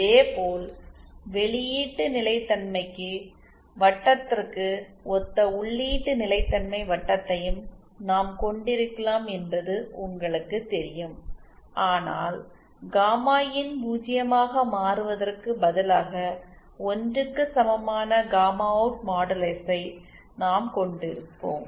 இதேபோல் வெளியீட்டு நிலைத்தன்மைக்கு வட்டத்திற்கு ஒத்த உள்ளீட்டு நிலைத்தன்மை வட்டத்தையும் நாம் கொண்டிருக்கலாம் என்பது உங்களுக்குத் தெரியும் ஆனால் காமா இன் பூஜ்ஜியமாக மாறுவதற்கு பதிலாக 1 க்கு சமமான காமா அவுட் மாடுலஸைக் நாம் கொண்டிருப்போம்